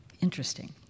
Interesting